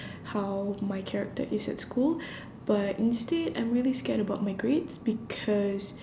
how my character is at school but instead I'm really scared about my grades because